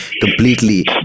completely